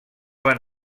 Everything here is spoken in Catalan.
van